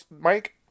Mike